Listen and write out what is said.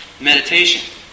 meditation